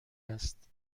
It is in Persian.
است